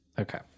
okay